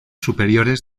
superiores